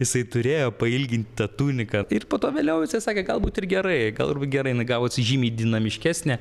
jisai turėjo pailgint tą tuniką ir po to vėliau jisai sakė gal būt ir gerai gal ir gerai jin gavosi žymiai dinamiškesnė